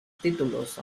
títulos